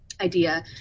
idea